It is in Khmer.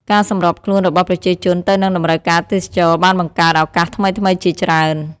ការសម្របខ្លួនរបស់ប្រជាជនទៅនឹងតម្រូវការទេសចរណ៍បានបង្កើតឱកាសថ្មីៗជាច្រើន។